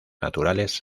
naturales